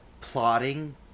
plotting